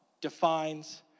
defines